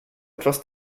etwas